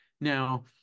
Now